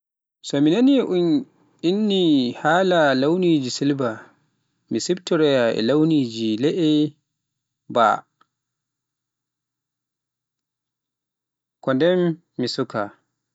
So mi nani un inni haala launiji silba, mi soptoroya e launiji le'e baa am ko ndem mi suka.